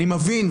אני מבין,